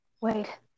wait